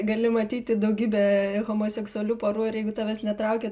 gali matyti daugybę homoseksualių porų ir jeigu tavęs netraukia